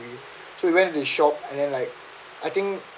so we went to the shop and then like I think